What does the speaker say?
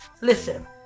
Listen